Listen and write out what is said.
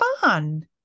fun